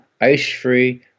ice-free